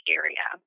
area